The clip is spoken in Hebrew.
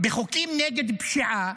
בחוקים נגד פשיעה,